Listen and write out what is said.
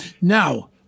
Now